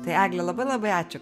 tai egle labai labai ačiū